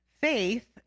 faith